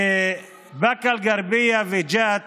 בבאקה אל-גרבייה וג'ת